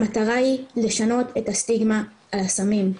המטרה היא לשנות את הסטיגמה על הסמים.